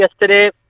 yesterday